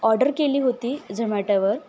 order केली होती झोमॅटोवर